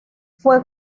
fue